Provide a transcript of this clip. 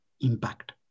impact